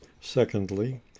secondly